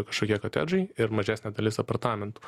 kažkokie kotedžai ir mažesnė dalis apartamentų